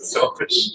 Selfish